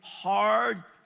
hard,